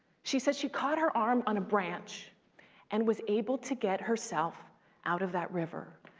she said she caught her arm on a branch and was able to get herself out of that river.